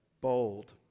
bold